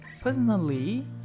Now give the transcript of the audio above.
personally